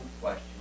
question